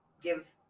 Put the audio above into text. give